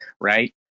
right